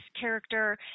character